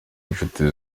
inshuti